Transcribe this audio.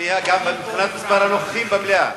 השנייה גם מבחינת מספר הנוכחים במליאה.